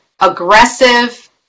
aggressive